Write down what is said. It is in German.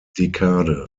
dekade